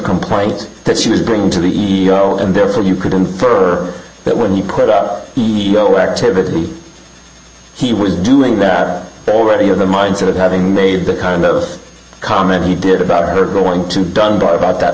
complaint that she was bringing to the world and therefore you could infer that when you put out the activity he was doing that already of the mindset of having made the kind of comment he did about her going to dunbar about that